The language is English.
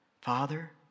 Father